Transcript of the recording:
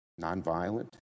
Nonviolent